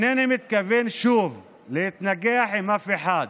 שוב, אינני מתכוון להתנגח עם אף אחד.